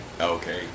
okay